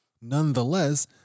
Nonetheless